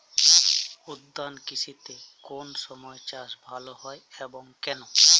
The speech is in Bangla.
উদ্যান কৃষিতে কোন সময় চাষ ভালো হয় এবং কেনো?